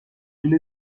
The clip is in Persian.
طول